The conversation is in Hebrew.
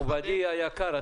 מכובדי היקר,